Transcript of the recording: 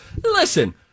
Listen